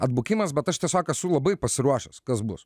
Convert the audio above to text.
atbukimas bet aš tiesiog esu labai pasiruošęs kas bus